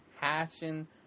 passion